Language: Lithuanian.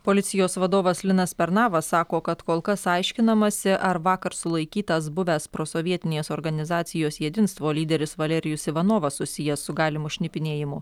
policijos vadovas linas pernavas sako kad kol kas aiškinamasi ar vakar sulaikytas buvęs prosovietinės organizacijos jedinstvo lyderis valerijus ivanovas susijęs su galimu šnipinėjimu